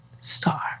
star